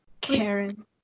Karen